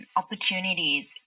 opportunities